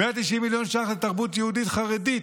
190 מיליון ש"ח לתרבות יהודית חרדית,